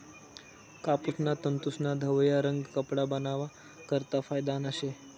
कापूसना तंतूस्ना धवया रंग कपडा बनावा करता फायदाना शे